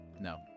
No